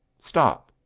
stop!